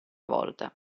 volta